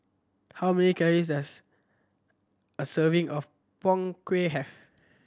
how many calorie does a serving of Png Kueh have